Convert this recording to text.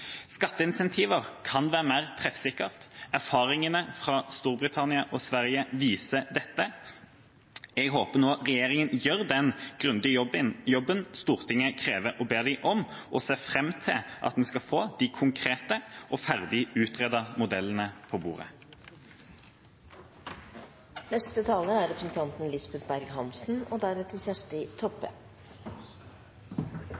kan være mer treffsikkert. Erfaringene fra Storbritannia og Sverige viser dette. Jeg håper nå regjeringa gjør den grundige jobben Stortinget krever og ber dem om, og ser fram til å få de konkrete og ferdig utredete modellene på bordet. Jeg er